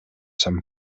some